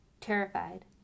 terrified